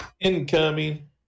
Incoming